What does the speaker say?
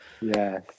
Yes